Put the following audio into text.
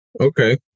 Okay